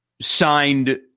signed